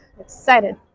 Excited